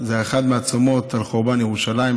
זה אחד מהצומות על חורבן ירושלים,